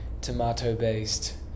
tomato-based